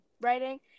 writing